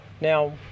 Now